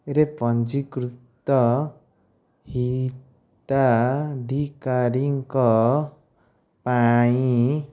ରେ ପଞ୍ଜୀକୃତ ହିତାଧିକାରୀଙ୍କ ପାଇଁ